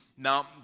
Now